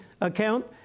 account